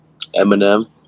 Eminem